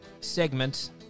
segment